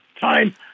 time